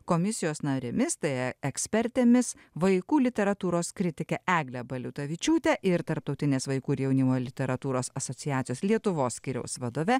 komisijos narėmis tai ekspertėmis vaikų literatūros kritike egle baliutavičiūte ir tarptautinės vaikų ir jaunimo literatūros asociacijos lietuvos skyriaus vadove